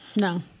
No